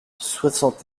soixante